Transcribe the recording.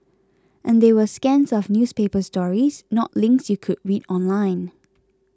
and they were scans of newspaper stories not links you could read online